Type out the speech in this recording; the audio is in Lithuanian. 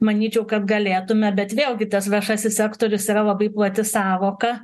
manyčiau kad galėtume bet vėlgi tas viešasis sektorius yra labai plati sąvoka